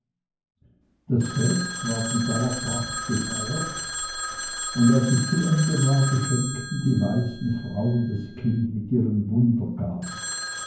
das fest ward mit aller pracht gefeiert und als es zu ende war beschenkten die weisen frauen das kind mit ihren